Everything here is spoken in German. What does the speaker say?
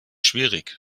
schwierig